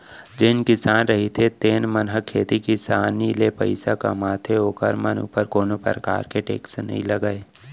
जेन किसान रहिथे जेन मन ह खेती किसानी ले पइसा कमाथे ओखर मन ऊपर कोनो परकार के टेक्स नई लगय